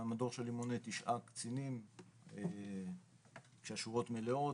המדור שלי מונה תשעה קצינים כשהשורות מלאות